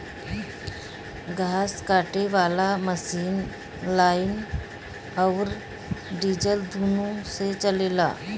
घास काटे वाला मशीन लाइन अउर डीजल दुनों से चलेला